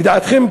לידיעתכם,